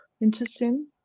Interesting